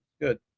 good